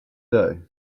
day